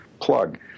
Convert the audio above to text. plug